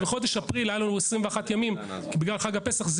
בחודש אפריל היה לנו 21 ימים בגלל חג הפסח,